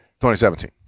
2017